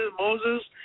Moses